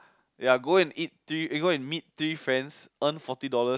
ya go and eat three eh go and meet three friends earn forty dollars